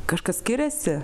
kažkas skiriasi